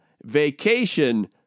Vacation